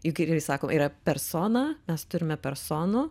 juk irgi sako yra persona nes turime personų